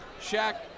Shaq